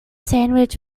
sandwich